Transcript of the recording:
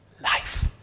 life